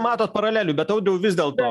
matot paralelių bet audriau vis dėlto